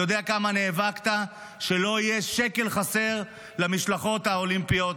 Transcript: אני יודע כמה נאבקת שלא יהיה שקל חסר למשלחות האולימפיות.